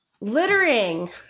Littering